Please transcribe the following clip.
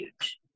huge